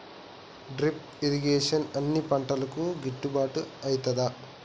Drip irrigation అన్ని పంటలకు గిట్టుబాటు ఐతదా?